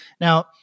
Now